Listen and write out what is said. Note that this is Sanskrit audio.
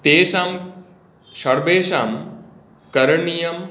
तेषां सर्वेषां करणीयं